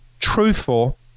truthful